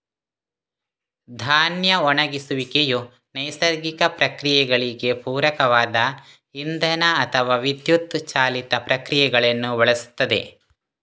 ಧಾನ್ಯ ಒಣಗಿಸುವಿಕೆಯು ನೈಸರ್ಗಿಕ ಪ್ರಕ್ರಿಯೆಗಳಿಗೆ ಪೂರಕವಾದ ಇಂಧನ ಅಥವಾ ವಿದ್ಯುತ್ ಚಾಲಿತ ಪ್ರಕ್ರಿಯೆಗಳನ್ನು ಬಳಸುತ್ತದೆ